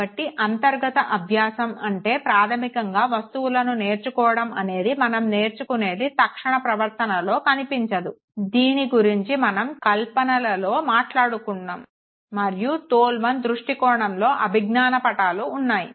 కాబట్టి అంతర్గత అభ్యాసం అంటే ప్రాధమికంగా వస్తువులను నేర్చుకోవడం అనేది మనం నేర్చుకున్నది తక్షణ ప్రవర్తనలో కనిపించదు దీని గురించి మనం కల్పనలలో మాట్లాడుకున్నాము మరియు తోల్మాన్ దృష్టికోణంలో అభిజ్ఞాన పటాలు ఉంటాయి